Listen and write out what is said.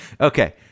Okay